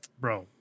bro